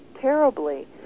terribly